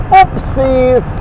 Oopsies